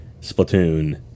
splatoon